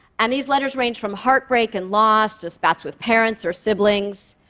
and these letters range from heartbreak and loss, to spats with parents or siblings.